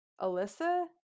Alyssa